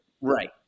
Right